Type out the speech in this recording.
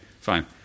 Fine